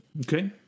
Okay